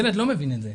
ילד לא מבין את זה.